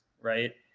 right